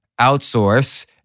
outsource